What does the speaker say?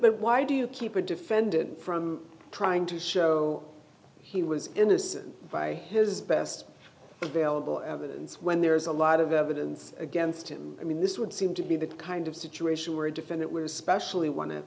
but why do you keep the defendant from trying to show he was innocent by his best available evidence when there is a lot of evidence against him i mean this would seem to be the kind of situation where a defendant was specially wan